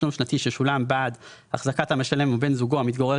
תשלום שנתי ששולם בעד החזקת המשלם או בן זוגו המתגורר